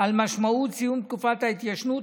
על משמעות סיום תקופת ההתיישנות,